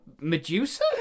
Medusa